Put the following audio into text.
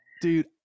dude